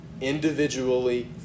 individually